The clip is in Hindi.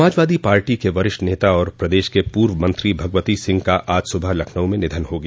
समाजवादी पार्टी के वरिष्ठ नेता और प्रदेश के पूर्व मंत्री भगवती सिंह का आज सुबह लखनऊ में निधन हो गया